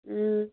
ꯎꯝ